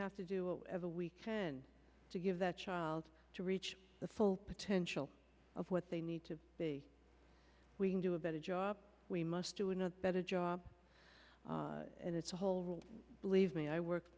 have to do whatever we can to give that child to reach the full potential of what they need to be we can do a better job we must do another better job and it's a whole believe me i work